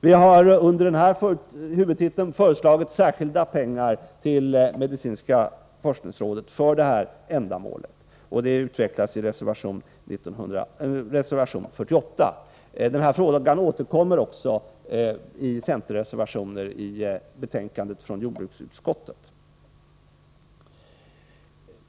Vi har under den här huvudtiteln föreslagit särskilda pengar till medicinska forskningsrådet för det här ändamålet, och det utvecklas i reservation 48. Den här frågan återkommer också i centerreservationer i betänkandet från jordbruksutskottet.